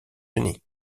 unis